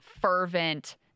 fervent